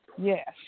Yes